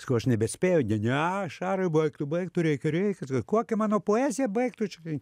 sakau aš nebespėju ne ne šarai baik tu baik tu reikia reikia kokia mano poezija baik tu čia kai